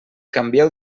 canvieu